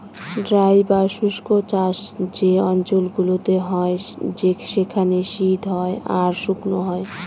dry বা শুস্ক চাষ যে অঞ্চল গুলোতে হয় সেখানে শীত হয় আর শুকনো হয়